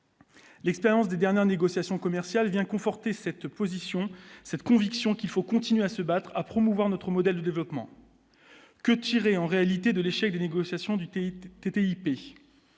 L'expérience des dernières négociations commerciales vient conforter cette position cette conviction qu'il faut continuer à se battre à promouvoir notre modèle de développement que tirer en réalité de l'échec des négociations du thé,